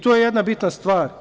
To je jedna bitna stvar.